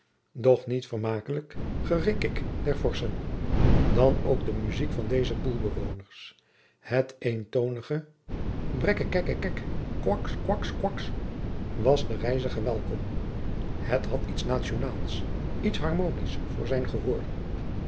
doch niet vermakelijk gerikkik der vorschen dan ook de muzijk van deze poelbewoners het eentoonige brekkekekex coax coax was den reiziger welkom het had iets nationaals iets harmonisch voor zijn gehoor